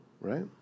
Right